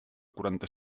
quaranta